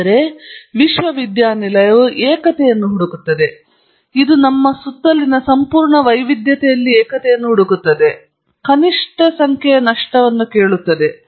ಆದರೆ ವಿಶ್ವವಿದ್ಯಾನಿಲಯವು ಏಕತೆಯನ್ನು ಹುಡುಕುತ್ತದೆ ಇದು ನಮ್ಮ ಸುತ್ತಲಿನ ಸಂಪೂರ್ಣ ವೈವಿಧ್ಯತೆಯನ್ನು ನಾನು ವಿವರಿಸಲು ಸಾಧ್ಯವಾಗುವ ಕನಿಷ್ಟ ಸಂಖ್ಯೆಯ ನಷ್ಟವನ್ನು ಕೇಳುತ್ತದೆ